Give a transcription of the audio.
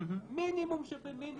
זה מינימום שבמינימום,